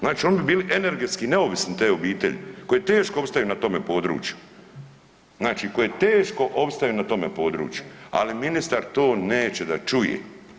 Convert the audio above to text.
Znači oni bi bili energetski neovisni, te obitelji, koje teško opstaju na tome području, znači koje teško opstaju na tome području, ali ministar to neće da čuje.